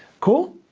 cool?